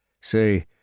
Say